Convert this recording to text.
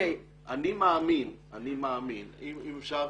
אני מאמין, אם אפשר